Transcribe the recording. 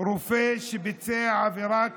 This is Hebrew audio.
רופא שביצע את העבירה משמעת,